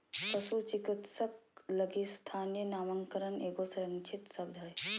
पशु चिकित्सक लगी स्थानीय नामकरण एगो संरक्षित शब्द हइ